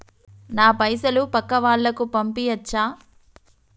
నా పైసలు పక్కా వాళ్ళకు పంపియాచ్చా?